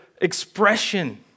expression